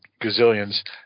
gazillions